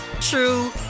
true